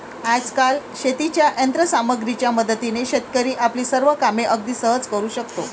आजकाल शेतीच्या यंत्र सामग्रीच्या मदतीने शेतकरी आपली सर्व कामे अगदी सहज करू शकतो